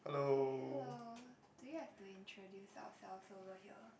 okay hello do we have to introduce ourselves over here